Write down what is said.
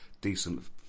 decent